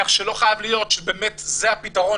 כך שלא חייב להיות שזה הפתרון,